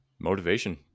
motivation